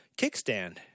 kickstand